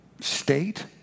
state